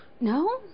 No